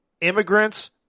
Immigrants